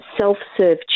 self-serve